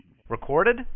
Recorded